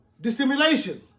dissimulation